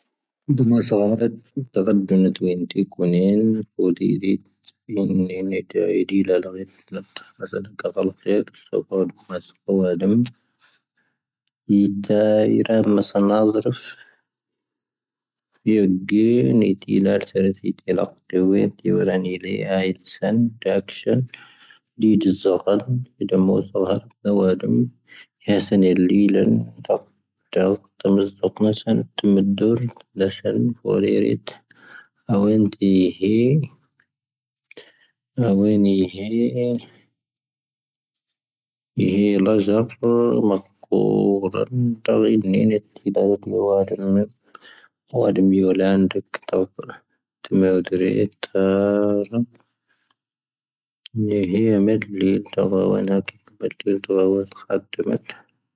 ⵏⴰⵙⴰⵍⵎ, ⵡo'ⴻⵔⴻ ⵉⵜ ⴰⵡⴻⵏⴷⴻ ⵀⴻ, ⴰⵡⴻⵏⴷⴻ ⵀⴻ, ⵀⴻ ⵍⴰⵣⴰⴼ, ⵎⴰⴽ'ooⵔⴰⵜ, ⵜⴰ'ⵉⴷⵏⴻⵏⴻ ⵜ'ⵉⴷⴰⵔⴻ ⵜ'ⵉ ⵡⴰⴷ'ⴰⵏ ⵎⴻⴼ, ⵡⴰⴷ'ⵎ ⵢoⵍⴰⵏⴷⴰ ⴽ'ⵜⴰⵡⴼ, ⵜⵓⵎⴻⵍⴷⵔⴻ ⵉⵜ, ⵜⴰ'ⴰⵔⴰⵎ, ⵏⴻ ⵀⴻ ⵎⴻⴷⵍⵉⵍ ⵜⴰⵡⴰⵡⴰⵏⴰⴽⵉⴽ ⴱⴰⵜⵉⵍ ⵜⴰⵡⴰⵡⴰⴷ ⴽⵀⴰⴷⵉⵎⴻⵜ.